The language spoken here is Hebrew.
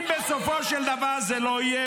אם בסופו של דבר זה לא יהיה,